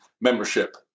membership